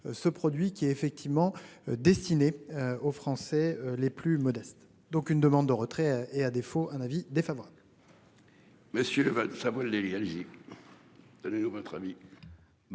ce produit qui est effectivement destiné. Aux Français les plus modestes, donc une demande de retrait et à défaut un avis défavorable.